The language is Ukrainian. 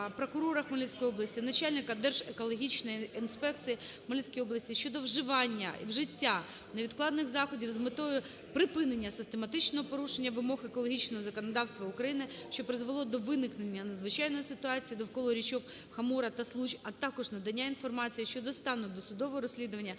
прокурора Хмельницької області, начальника Держекологічної інспекції у Хмельницькій області щодо вживання… вжиття невідкладних заходів з метою припинення систематичного порушення вимог екологічного законодавства України, що призвело до виникнення надзвичайної ситуації довкола річок Хомора та Случ, а також надання інформації щодо стану досудового розслідування